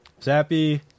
Zappy